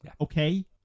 Okay